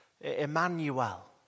Emmanuel